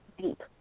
deep